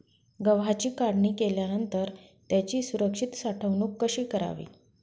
गव्हाची काढणी केल्यानंतर त्याची सुरक्षित साठवणूक कशी करावी?